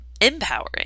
empowering